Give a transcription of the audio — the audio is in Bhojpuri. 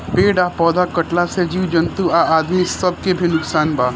पेड़ आ पौधा कटला से जीव जंतु आ आदमी सब के भी नुकसान बा